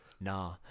nah